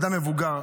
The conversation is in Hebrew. אדם מבוגר.